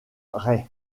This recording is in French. rai